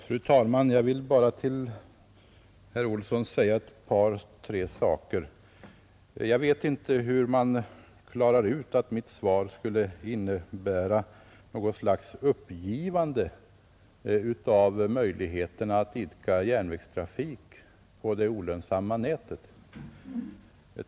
Fru talman! Jag vill bara till herr Olsson i Kil säga ett par saker. Jag vet inte hur man klarar ut att mitt svar skulle innebära något slags uppgivande av möjligheten att idka järnvägstrafik på det olönsamma nätet.